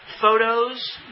photos